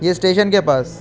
یہ اسٹیشن کے پاس